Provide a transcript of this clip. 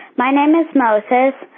my name is moses.